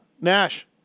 Nash